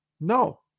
No